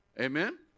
Amen